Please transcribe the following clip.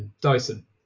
dyson